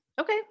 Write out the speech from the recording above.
Okay